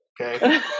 okay